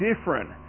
different